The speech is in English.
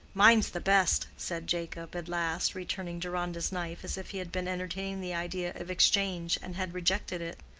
mine's the best, said jacob, at last, returning deronda's knife as if he had been entertaining the idea of exchange and had rejected it.